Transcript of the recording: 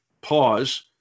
pause